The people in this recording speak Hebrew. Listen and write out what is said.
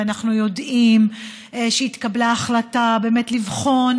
ואנחנו יודעים שהתקבלה החלטה לבחון